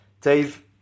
Dave